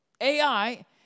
AI